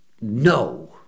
no